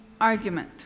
argument